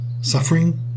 suffering